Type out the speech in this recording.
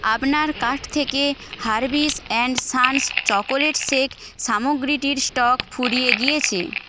আপনার কার্ট থেকে Harvis and sons chocolate সেক সামগ্রীটির স্টক ফুরিয়ে গিয়েছে